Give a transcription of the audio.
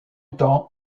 temps